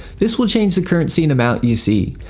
this will change the currency and amount you see.